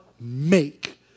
make